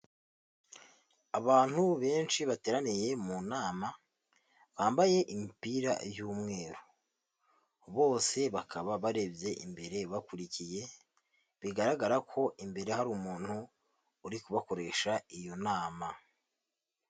Abantu benshi bateraniye mu nama bambaye imipira y'umweru, bose bakaba barebye imbere bakurikiye, bigaragara ko imbere hari umuntu uri kubakoresha iyo nama.